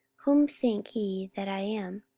whom think ye that i am?